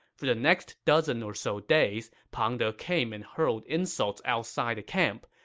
for the next dozen or so days, pang de came and hurled insults outside the camp,